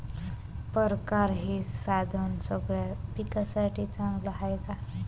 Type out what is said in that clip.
परकारं हे साधन सगळ्या पिकासाठी चांगलं हाये का?